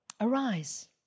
Arise